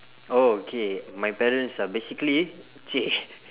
oh okay my parents are basically !chey!